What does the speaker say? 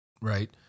Right